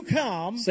come